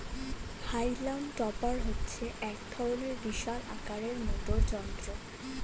হাইলাম টপার হচ্ছে এক রকমের বিশাল আকারের মোটর যন্ত্র